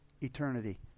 eternity